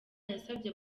yasabye